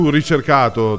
ricercato